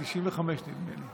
ב-1995, נדמה לי,